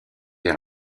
vers